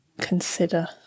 consider